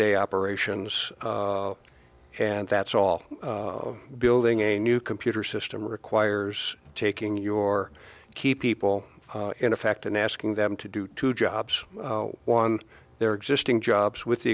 day operations and that's all building a new computer system requires taking your key people in effect and asking them to do two jobs one their existing jobs with the